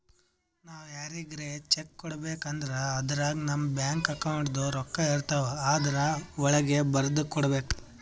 ನಾವ್ ಯಾರಿಗ್ರೆ ಚೆಕ್ಕ್ ಕೊಡ್ಬೇಕ್ ಅಂದ್ರ ಅದ್ರಾಗ ನಮ್ ಬ್ಯಾಂಕ್ ಅಕೌಂಟ್ದಾಗ್ ರೊಕ್ಕಾಇರ್ತವ್ ಆದ್ರ ವಳ್ಗೆ ಬರ್ದ್ ಕೊಡ್ಬೇಕ್